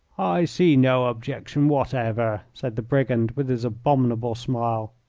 i see no objection whatever, said the brigand, with his abominable smile.